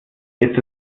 ist